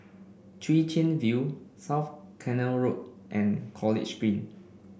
Chwee Chian View South Canal Road and College Green